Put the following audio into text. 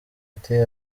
ati